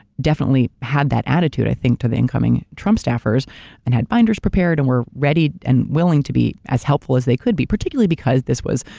definitely had that attitude i think to the incoming trump staffers and had binders prepared and were ready and willing to be as helpful as they could be, particularly because this was,